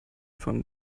von